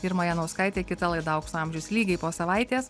irma janauskaitė kita laida aukso amžius lygiai po savaitės